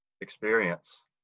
experience